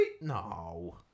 No